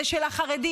זה של החרדים.